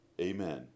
Amen